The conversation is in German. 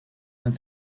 und